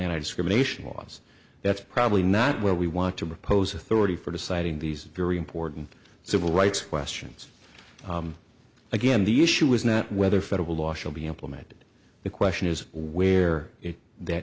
laws that's probably not where we want to propose authority for deciding these very important civil rights questions again the issue is not whether federal law should be implemented the question is where that